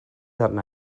arna